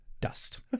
Dust